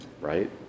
right